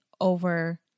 over